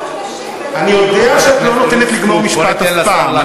אני יודע שאת לא נותנת לגמור משפט אף פעם.